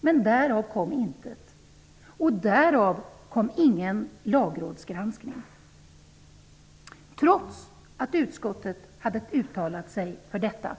Men därav blev inte. och därav blev det ingen lagrådsgranskning, trots att utskottet hade uttalat sig för detta.